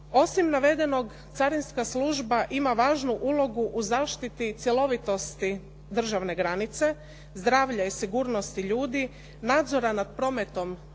Osim navedenog carinska služba ima važnu ulogu cjelovitosti državne granice, zdravlje i sigurnosti ljudi, nadzora nad prometom